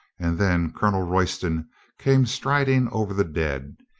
and then colonel royston came striding over the dead.